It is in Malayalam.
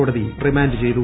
കോടതി റിമാന്റ് ചെയ്തു